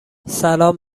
سلام